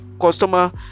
customer